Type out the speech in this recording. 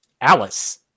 Alice